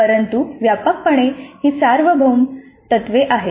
परंतु व्यापकपणे ही सार्वभौम तत्त्वे आहेत